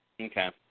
Okay